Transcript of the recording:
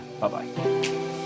Bye-bye